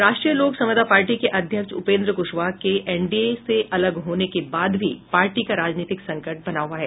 राष्ट्रीय लोक समता पार्टी के अध्यक्ष उपेन्द्र क्शवाहा के एनडीए से अलग होने के बाद भी पार्टी का राजनीतिक संकट बना हुआ है